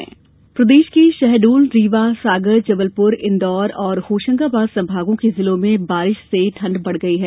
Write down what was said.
मौसम प्रदेश के शहडोल रीवा सागर जबलपुर इंदौर और होशंगाबाद संभागों के जिलों में बारिश से ठंडक बढ़ गई है